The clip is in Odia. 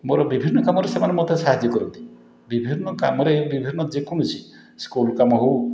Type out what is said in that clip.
ମୋର ବିଭିନ୍ନ କାମରେ ସେମାନେ ମୋତେ ସାହାଯ୍ୟ କରନ୍ତି ବିଭିନ୍ନ କାମରେ ବିଭିନ୍ନ ଯେକୌଣସି ସ୍କୁଲ କାମ ହେଉ